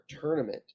tournament